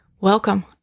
Welcome